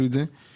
והראו